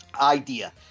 idea